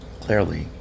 Clearly